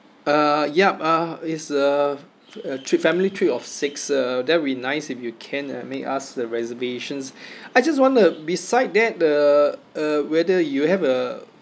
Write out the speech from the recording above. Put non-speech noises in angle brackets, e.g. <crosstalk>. uh yup uh it's a a trip family trip of six uh that'd be nice if you can uh make us the reservations <breath> I just wonder beside that uh uh whether you have a